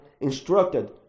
instructed